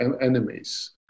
enemies